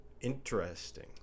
interesting